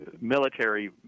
military